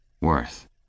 Worth